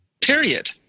Period